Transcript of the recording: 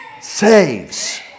saves